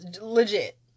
legit